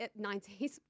90s